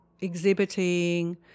exhibiting